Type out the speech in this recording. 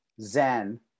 Zen